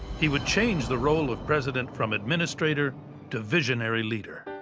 he would change the role of president from administrator to visionary leader.